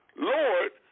Lord